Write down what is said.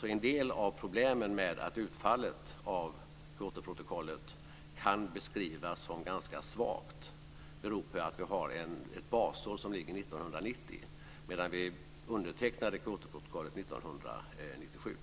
Så en del av problemen med att utfallet av Kyotoprotokollet kan beskrivas som ganska svagt beror på att vi har 1990 som basår medan vi undertecknade Kyotoprotokollet 1997.